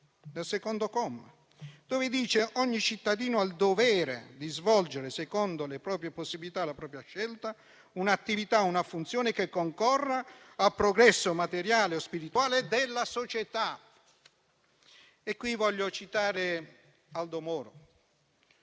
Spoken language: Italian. Tale comma afferma che «Ogni cittadino ha il dovere di svolgere, secondo le proprie possibilità e la propria scelta, un'attività o una funzione che concorra al progresso materiale o spirituale della società». Voglio citare Aldo Moro,